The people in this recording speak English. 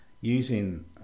using